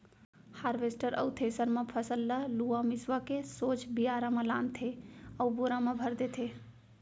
harvester अउ thresher म फसल ल लुवा मिसवा के सोझ बियारा म लानथे अउ बोरा म भर देथे